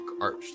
arch